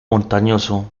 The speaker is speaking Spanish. montañoso